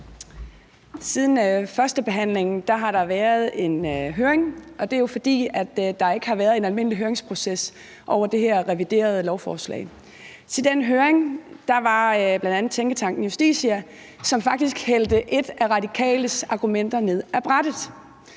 Siden førstebehandlingen har der været en høring, og det er jo, fordi der ikke har været en almindelig høringsproces i forbindelse med det her reviderede lovforslag. I den høring deltog bl.a. Tænketanken Justitia, som faktisk hældte et af Radikales argumenter ned ad brættet.